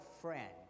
friend